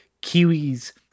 Kiwi's